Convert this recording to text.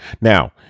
Now